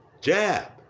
jab